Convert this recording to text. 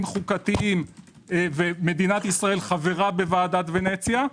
חוקתיים ומדינת ישראל חברה בוועדת ונציה.